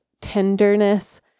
tenderness